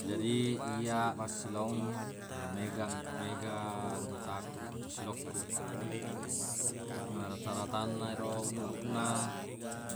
Jadi iyya massilong mega- mega anggotaku atau silokku. na rata-ratanna ero umuruq na